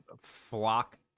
Flock